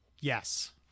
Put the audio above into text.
Yes